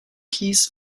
keys